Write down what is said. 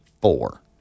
Four